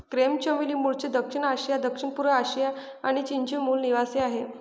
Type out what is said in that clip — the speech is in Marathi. क्रेप चमेली मूळचे दक्षिण आशिया, दक्षिणपूर्व आशिया आणि चीनचे मूल निवासीआहे